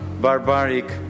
barbaric